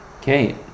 Okay